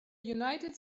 united